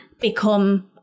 become